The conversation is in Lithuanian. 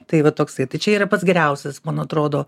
tai va toksai tai čia yra pats geriausias man atrodo